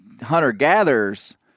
hunter-gatherers